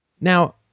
Now